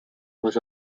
was